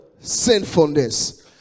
sinfulness